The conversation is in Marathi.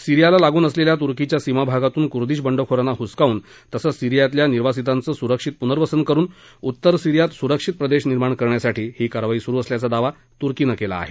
सीरियाला लागून असलेल्या तुर्कीच्या सीमाभागातून कुर्दिश बंडखोरांना हुसकावून तसंच सीरियातल्या निर्वासितांचं सुरक्षित पुनर्वसन करुन उत्तर सीरियात सुरक्षित प्रदेश निर्माण करण्यासाठी ही कारवाई सुरु केल्याचा दावा तुर्कीनं केला आहे